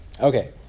Okay